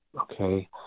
okay